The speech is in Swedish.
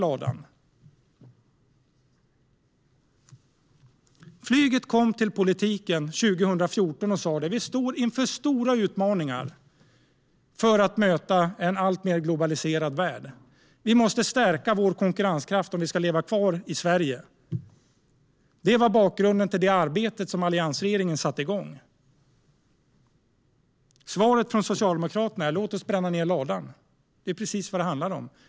Flygbranschen kom till politikerna 2014 och sa att man stod inför stora utmaningar för att möta en alltmer globaliserad värld. Konkurrenskraften måste stärkas om branschen ska leva kvar i Sverige. Det var bakgrunden till det arbete som alliansregeringen satte igång. Svaret från Socialdemokraterna är att bränna ned ladan. Det är precis vad det handlar om.